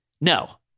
No